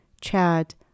Chad